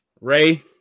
Ray